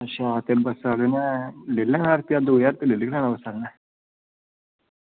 ते बस्सें आह्ले ज्हार दौ ज्हार रपेआ लेई लैना बस्सें आह्लें